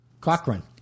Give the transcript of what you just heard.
Cochrane